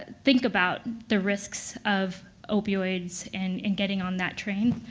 think about the risks of opioids and and getting on that train.